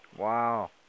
Wow